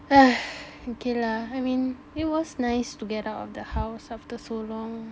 okay lah I mean it was nice to get out of the house after so long